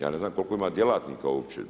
Ja ne znam koliko ima djelatnika uopće.